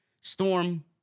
Storm